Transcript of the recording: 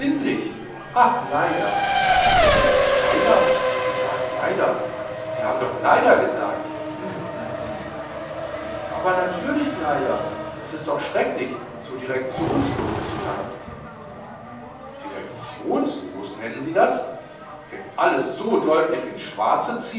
ach leider wie leider sie sagen leider sie haben doch leider gesagt hm hm hm aber natürlich leider es ist doch schrecklich so direktionslos zu sein direktionslos nennen sie das wenn alles so deutlich ins schwarze